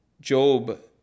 Job